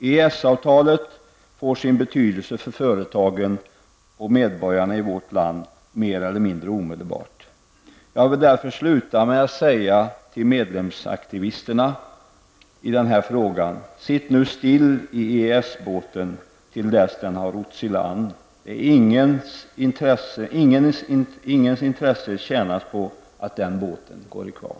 EES-avtalet skulle få betydelse för företagen och medborgarna i vårt land mer eller mindre omedelbart. Jag vill därför sluta med att säga följande till medlemsaktivisterna. Sitt nu still i EES-båten till dess att den har rotts i land. Det tjänar ingens intressen att den båten går i kvav.